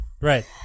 Right